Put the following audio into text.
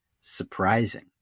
surprising